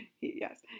yes